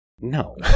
No